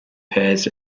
pairs